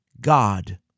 God